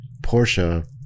Porsche